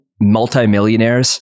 multimillionaires